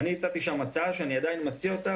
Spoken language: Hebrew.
הצעתי שם הצעה שאני עדיין מציע אותה